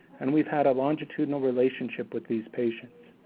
and we've had a longitudinal relationship with these patients.